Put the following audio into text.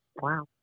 Wow